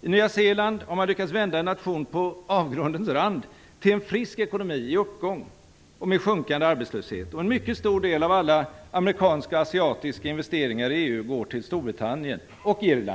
I Nya Zeeland har man lyckats vända en nation på avgrundens rand till en nation med en frisk och uppåtgående ekonomi samt med en sjunkande arbetslöshet. En mycket stor del av alla amerikanska och asiatiska investeringar i EU går till Storbritannien och Irland.